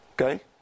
Okay